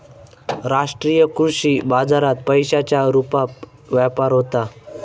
राष्ट्रीय कृषी बाजारात पैशांच्या रुपात व्यापार होता